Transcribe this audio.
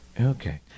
Okay